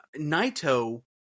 naito